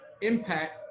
impact